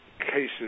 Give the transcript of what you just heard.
cases